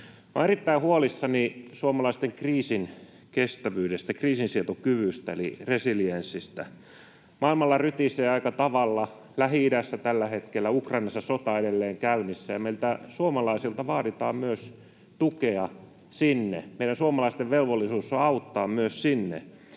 olen erittäin huolissani suomalaisten kriisinkestävyydestä, kriisinsietokyvystä eli resilienssistä. Maailmalla rytisee aika tavalla — Lähi-idässä tällä hetkellä, Ukrainassa on sota edelleen käynnissä — ja meiltä suomalaisilta vaaditaan myös tukea sinne. Meidän suomalaisten velvollisuus on antaa apua sinne,